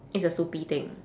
it's a soupy thing